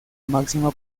máxima